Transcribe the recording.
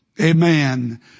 Amen